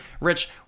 Rich